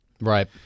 Right